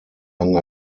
lang